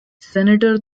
senator